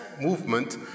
movement